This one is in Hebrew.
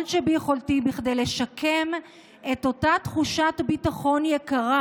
שביכולתי כדי לשקם את אותה תחושת ביטחון יקרה,